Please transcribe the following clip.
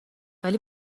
ولی